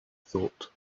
thought